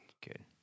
Good